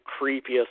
creepiest